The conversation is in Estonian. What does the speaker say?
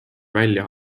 välja